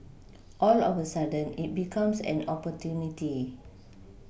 all of a sudden it becomes an opportunity